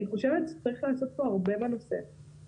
אני חושבת שצריך לעשות הרבה בנושא